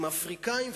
הם אפריקנים,